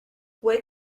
what